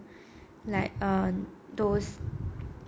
like err those